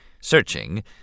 searching